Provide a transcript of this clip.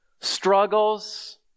struggles